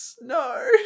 No